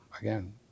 again